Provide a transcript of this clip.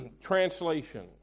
translation